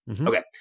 Okay